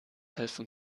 helfen